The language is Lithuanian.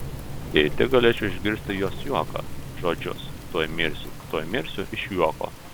jei tik galėčiau išgirsti jos juoką žodžius tuoj mirsiu tuoj mirsiu iš juoko